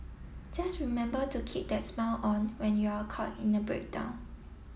just remember to keep that smile on when you're caught in a breakdown